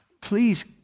Please